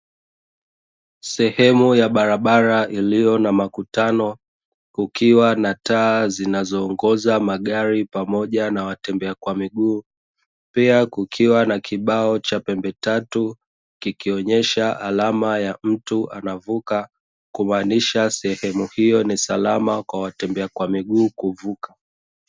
Sehemu ya barabara iliyo na makutano, kukiwa na taa zinazoongoza magari pamoja na watembea kwa miguu, pia kukiwa na kibao cha pembetatu, kikionyesha alama ya mtu anavuka, kumaanisha sehemu hiyo ni salama kwa watembea kwa miguu kuvuka.